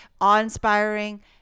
awe-inspiring